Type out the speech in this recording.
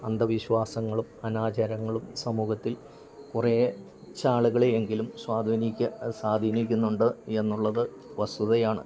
അന്ധവിശ്വാസങ്ങളും അനാചാരങ്ങളും സമൂഹത്തിൽ കുറെ ചാള്കളേ എങ്കിലും സ്വാധീനിക്കുക സ്വാധീനിക്കുന്നുണ്ട് എന്ന് ഉള്ളത് വസ്തുതയാണ്